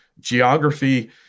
geography